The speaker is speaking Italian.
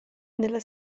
nella